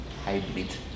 hybrid